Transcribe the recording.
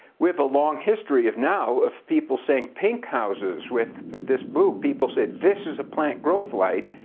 with a long history of now of people saying pink houses with this blue. people said this is a plant growth light.